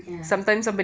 ya